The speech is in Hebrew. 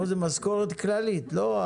לא, זה משכורת כללית, לא?